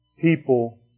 people